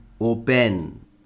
open